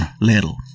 little